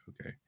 okay